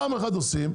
פעם אחת עושים.